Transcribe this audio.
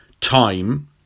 time